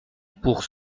pour